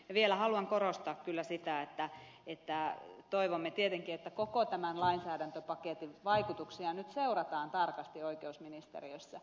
vielä haluan korostaa kyllä sitä että toivomme tietenkin että koko tämän lainsäädäntöpaketin vaikutuksia nyt seurataan tarkasti oikeusministeriössä